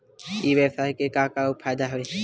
ई व्यवसाय के का का फ़ायदा हवय?